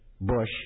Bush